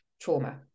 trauma